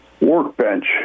workbench